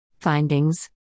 Findings